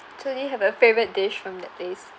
so do you have a favorite dish from that place